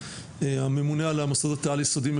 הממונה על מוסדות החינוך העל-יסודיים,